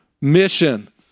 mission